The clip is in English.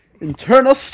Internal